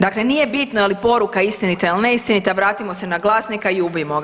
Dakle, nije bitna je li poruka istinita ili ne istinita, vratimo se na glasnika i ubijmo ga.